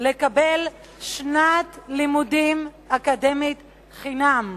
לקבל שנת לימודים אקדמית חינם.